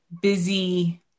busy